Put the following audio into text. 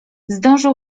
zdążył